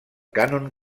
cànon